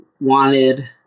wanted